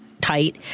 tight